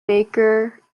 baker